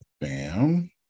Bam